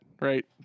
right